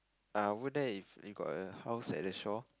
ah over there if you got a house at the shore